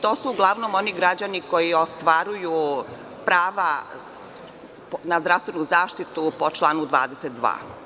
To su uglavnom oni građani koji ostvaruju prava na zdravstvenu zaštitu po članu 22.